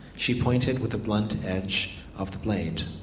she pointed with the blunt edge of the blade.